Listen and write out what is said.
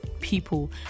people